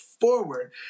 forward